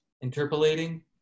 Interpolating